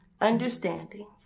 Understanding